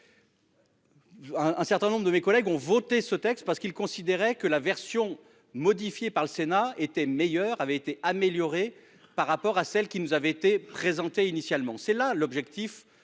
un certain nombre de mes collègues ont voté ce texte parce qu'il considérait que la version modifiée par le Sénat était meilleur avait été améliorée par rapport à celle qui nous avait été présentée initialement c'est là l'objectif